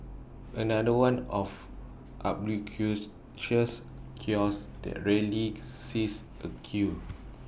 another one of kiosks that rarely sees A queue